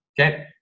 Okay